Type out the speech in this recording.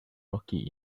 rocky